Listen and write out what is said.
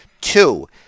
Two